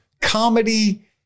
comedy